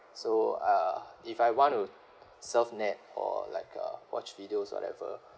so uh if I want to surf net or like uh watch videos whatever